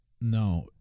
No